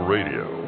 Radio